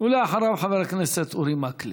ואחריו, חבר הכנסת אורי מקלב.